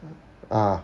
ah